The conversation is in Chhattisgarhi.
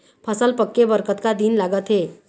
फसल पक्के बर कतना दिन लागत हे?